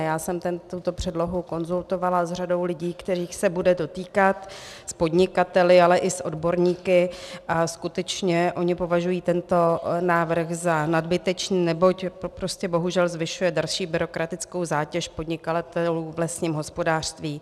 Já jsem tuto předlohu konzultovala s řadou lidí, kterých se bude dotýkat, s podnikateli, ale i s odborníky, a skutečně oni považují tento návrh za nadbytečný, neboť prostě bohužel zvyšuje další byrokratickou zátěž podnikatelů v lesním hospodářství.